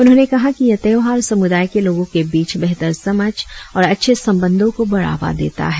उन्होंने कहा की यह त्यौहार सामुदाय के लोगो के बीच बेहतर समझ और अच्छे संबंधों को बढ़ावा देता है